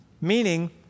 Meaning